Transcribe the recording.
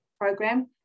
program